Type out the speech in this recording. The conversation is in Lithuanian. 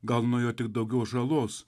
gal nuo jo tik daugiau žalos